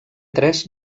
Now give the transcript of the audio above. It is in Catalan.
tres